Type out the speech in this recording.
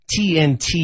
TNT